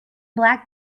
black